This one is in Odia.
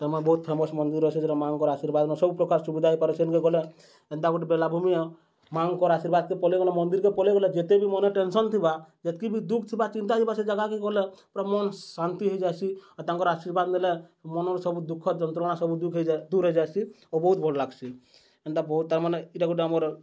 ତାର୍ମାନେ ବହୁତ୍ ଫେମସ୍ ମନ୍ଦିର୍ ଅଛେ ସେଟା ମା'ଙ୍କର ଆଶୀର୍ବାଦ୍ ସବୁପ୍ରକାର୍ ସୁବିଧା ହେଇପାରେ ସେନ୍କେ ଗଲେ ଏନ୍ତା ଗୁଟେ ବେଲାଭୂମି ଏ ମା'ଙ୍କର ଆଶୀର୍ବାଦ୍କେ ପଲେଇଗଲେ ମନ୍ଦିର୍କେ ପଳେଇଗଲେ ଯେତେ ବି ମନେ ଟେନ୍ସନ୍ ଥିବା ଯେତ୍କି ବି ଦୁଃଖ୍ ଥିବା ଚିନ୍ତା ଯିବା ସେ ଜାଗାକେ ଗଲେ ପୁରା ମନ୍ ଶାନ୍ତି ହେଇଯାଏସି ତାଙ୍କର୍ ଆଶୀର୍ବାଦ୍ ନେଲେ ମନର୍ ସବୁ ଦୁଃଖ ଯନ୍ତ୍ରଣା ସବୁ ଦୁଃଖ ହେଇ ଦୂର୍ ହେଇଯାଏସି ଆଉ ବହୁତ୍ ଭଲ୍ ଲାଗ୍ସି ଏନ୍ତା ବହୁତ୍ ତାମାନେ ଇଟା ଗୁଟେ ଆମର୍